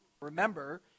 remember